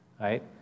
right